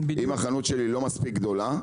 אם החנות שלי לא מספיק גדולה,